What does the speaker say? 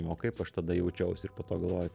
o kaip aš tada jaučiausi ir po to galvoju